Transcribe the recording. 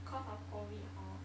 cause of COVID hor